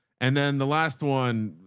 and then the last one,